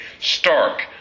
stark